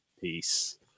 Peace